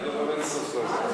היינו ב"מדיסון סקוור גרדן".